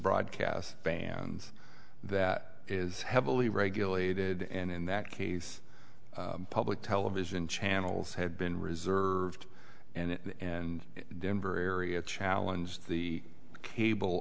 broadcast band that is heavily regulated and in that case public television channels had been reserved and denver area challenge the cable